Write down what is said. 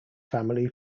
family